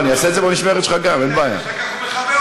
אתה לא כמו, אבל גם אתה מסית, ג'מאל, גם אתה.